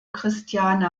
christiane